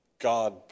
God